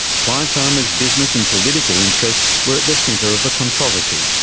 clive palmer's business and political interests were at the centre of a controversy.